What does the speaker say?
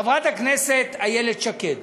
חברת הכנסת איילת שקד.